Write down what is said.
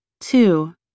Two